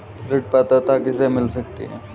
ऋण पात्रता किसे किसे मिल सकती है?